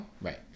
Right